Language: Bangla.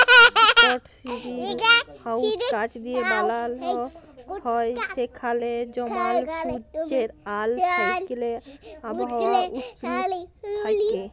ইকট গিরিলহাউস কাঁচ দিঁয়ে বালাল হ্যয় যেখালে জমাল সুজ্জের আল থ্যাইকে আবহাওয়া উস্ল থ্যাইকে